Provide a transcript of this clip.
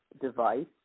device